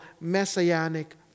messianic